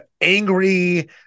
angry